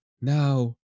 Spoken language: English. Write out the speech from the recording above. now